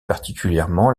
particulièrement